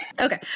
okay